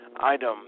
item